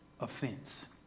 offense